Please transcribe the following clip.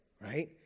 right